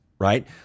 right